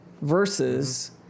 versus